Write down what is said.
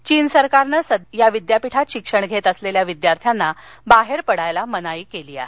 चीन सरकारने सध्या या विद्यापीठात शिक्षण घेत असलेल्या विद्यार्थ्यांना बाहेर पडण्यास मनाई केली आहे